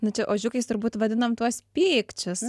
nu čia ožiukais turbūt vadinam tuos pykčius